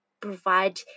provide